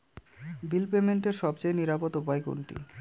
বিল পেমেন্টের সবচেয়ে নিরাপদ উপায় কোনটি?